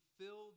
filled